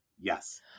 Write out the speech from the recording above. Yes